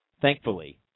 Thankfully